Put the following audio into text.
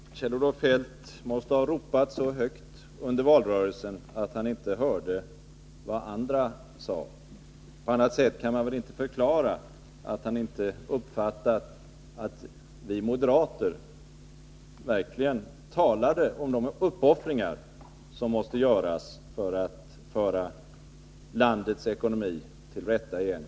Fru talman! Kjell-Olof Feldt måste ha ropat så högt under valrörelsen att haniinte hörde vad andra sade. På annat sätt kan man välinte förklara att han inte uppfattade att vi moderater verkligen talade om de uppoffringar som måste göras för att föra landets ekonomi till rätta igen.